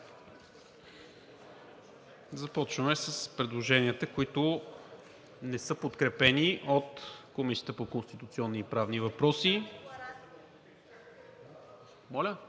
Започваме с предложенията, които не са подкрепени от Комисията по конституционни и правни въпроси.